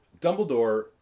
Dumbledore